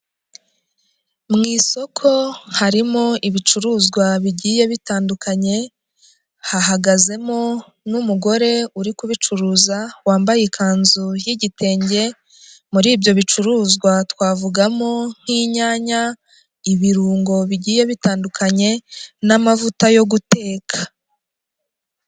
Mu isoko harimo ibicuruzwa bigiye bitandukanye, hahagazemo n'umugore uri kubicuruza, wambaye ikanzu y'igitenge, muri ibyo bicuruzwa twavugamo nk'inyanya, ibirungo bigiye bitandukanye n'amavuta yo guteka.